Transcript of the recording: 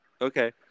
Okay